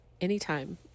anytime